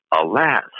Alas